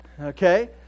okay